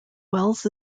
wells